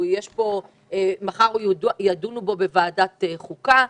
מחר ידונו בו בוועדת החוקה,